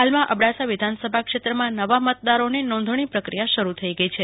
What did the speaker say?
હાલમાં અબડાસા વિધાનસભા ક્ષેત્રમાં નવા મતદારોની નોંધણી પ્રક્રિયા શરૂ થઇ ગઈ છે